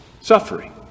suffering